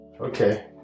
Okay